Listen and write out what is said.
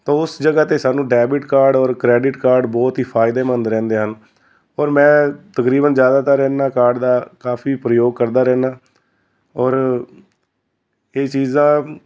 ਤਾਂ ਉਸ ਜਗ੍ਹਾ 'ਤੇ ਸਾਨੂੰ ਡੈਬਿਟ ਕਾਰਡ ਔਰ ਕ੍ਰੈਡਿਟ ਕਾਰਡ ਬਹੁਤ ਹੀ ਫ਼ਾਇਦੇਮੰਦ ਰਹਿੰਦੇ ਹਨ ਔਰ ਮੈਂ ਤਕਰੀਬਨ ਜ਼ਿਆਦਾਤਰ ਇਨਾਂ ਕਾਰਡ ਦਾ ਕਾਫ਼ੀ ਪ੍ਰਯੋਗ ਕਰਦਾ ਰਹਿੰਦਾ ਔਰ ਇਹ ਚੀਜ਼ ਦਾ